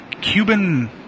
Cuban